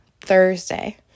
Thursday